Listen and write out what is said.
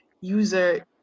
user